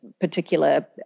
particular